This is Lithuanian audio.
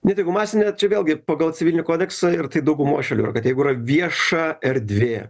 net jeigu masinė čia vėlgi pagal civilinį kodeksą ir taip daugumoj šalių ir kad jeigu yra vieša erdvė